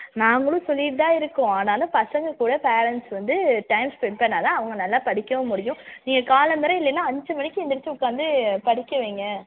நாங்களும் சொல்லிகிட்டு தான் இருக்கோம் ஆனாலும் பசங்கக்கூட பேரெண்ட்ஸ் வந்து டைம் ஸ்பெண்ட் பண்ணிணா தான் அவங்க நல்லா படிக்கவும் முடியும் நீங்கள் காலம்பற இல்லைன்னா அஞ்சு மணிக்கி எந்திரிச்சு உட்கார்ந்து படிக்க வையுங்க